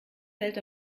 fällt